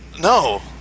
No